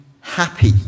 happy